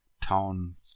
town